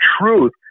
truth